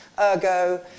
ergo